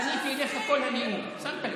פניתי אליך כל הנאום, שמת לב,